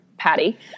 Patty